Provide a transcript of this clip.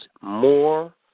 more